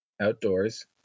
outdoors